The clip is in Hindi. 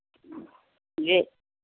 जी